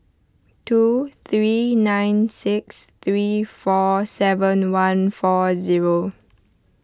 two three nine six three four seven one four zero